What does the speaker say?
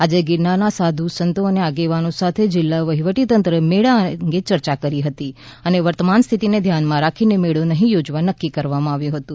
આજે ગિરનારના સાધુ સંતો અને આગેવાનો સાથે જિલ્લા વહીવટી તંત્રે મેળા અને ચર્ચા કરી હતી અને વર્તમાન સ્થિતિને ધ્યાનમાં રાખીને મેળો નહીં યોજવા નક્કી કરવામાં આવ્યું હતું